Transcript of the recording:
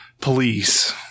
police